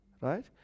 right